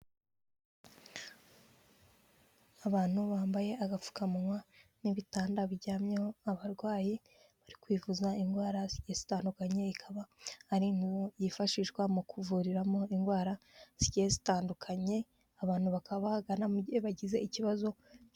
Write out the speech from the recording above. Abantu bambaye agapfukamunwa n'ibitanda biryamye abarwayi bari kwivuza indwara zigiye zitandukanye, ikaba ariyo yifashishwa mu kuvura mo indwara zigiye zitandukanye abantu bakaba bahagana mu gihe bagize ikibazo.